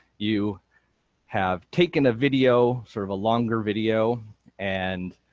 you have taken a video, sort of a longer video and